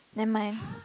nevermind